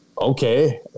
Okay